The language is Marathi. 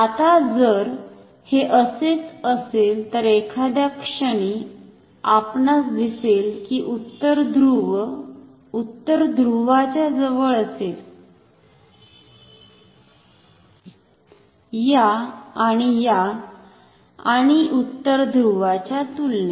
आता जर हे असेच असेल तर एखाद्या क्षणी आपणास दिसेल की उत्तर ध्रुव उत्तर ध्रुवाच्या जवळ असेल या आणि या आणि उत्तर ध्रुवाच्या तुलनेत